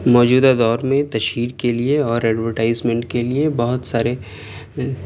موجودہ دور میں تشہیر کے لیے اور ایڈورٹائزمنٹ کے لیے بہت سارے